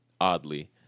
oddly